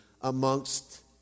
amongst